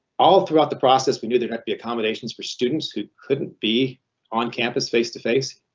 all throughout the process we do there might be accommodations for students who couldn't be on campus face to face.